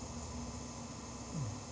mm